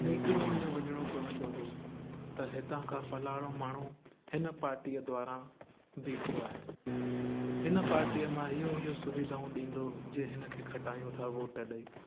मीटिंगुनि में वञिणो पवंदो हुओ त हितां खां फ़लाणो माण्हू हिन पार्टीअ द्वारा बीठो आहे हिन पार्टीअ मां इहो इहो सुविधाऊं ॾींदो जे हिन खे खटायूं था वोट ॾई